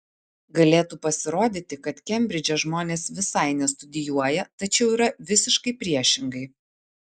galėtų pasirodyti kad kembridže žmonės visai nestudijuoja tačiau yra visiškai priešingai